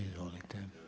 Izvolite.